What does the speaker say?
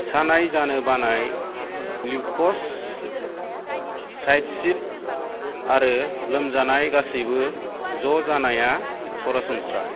सानाय जानो बानाय लिउकससाइटसिस आरो लोमजानाय गासैबो ज' जानाया सरासनस्रा